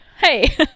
hey